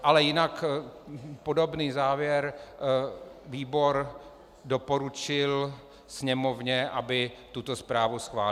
Ale jinak podobný závěr výbor doporučil Sněmovně, aby tuto zprávu schválila.